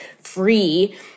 free